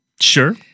Sure